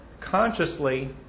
consciously